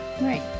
Right